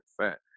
fat